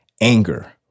anger